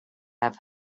have